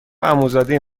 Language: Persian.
عموزاده